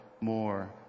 more